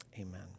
Amen